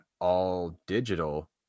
all-digital